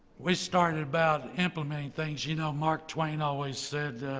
we started about implementing things. you know mark twain always said,